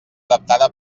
adaptada